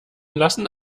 lassen